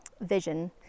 vision